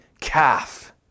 calf